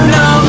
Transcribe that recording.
no